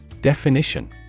Definition